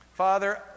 Father